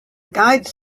guides